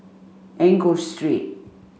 Enggor Street